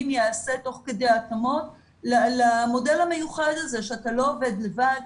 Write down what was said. ייעשה תוך כדי התאמות למודל המיוחד הזה שאתה לא עובד לבד,